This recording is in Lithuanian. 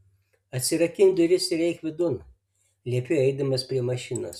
atsirakink duris ir eik vidun liepiu eidamas prie mašinos